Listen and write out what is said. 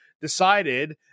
decided –